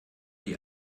die